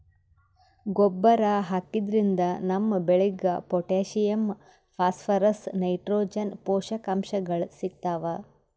ಗೊಬ್ಬರ್ ಹಾಕಿದ್ರಿನ್ದ ನಮ್ ಬೆಳಿಗ್ ಪೊಟ್ಟ್ಯಾಷಿಯಂ ಫಾಸ್ಫರಸ್ ನೈಟ್ರೋಜನ್ ಪೋಷಕಾಂಶಗಳ್ ಸಿಗ್ತಾವ್